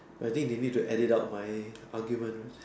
I think they need to edit out my argument uh